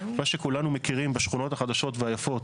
מה שכולנו מכירים בשכונות החדשות והיפות